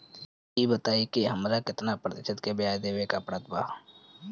ई बताई की हमरा केतना प्रतिशत के ब्याज देवे के पड़त बा?